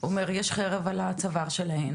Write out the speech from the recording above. הוא אמר שיש חבל על הצוואר שלהן